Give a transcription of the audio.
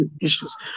issues